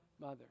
mother